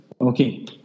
Okay